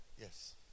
yes